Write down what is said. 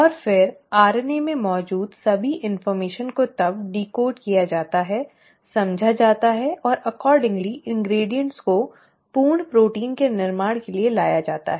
और फिर RNA में मौजूद सभी जानकारी को तब डिकोड किया जाता है समझा जाता है और तदनुसार सामग्री को पूर्ण प्रोटीन के निर्माण के लिए लाया जाता है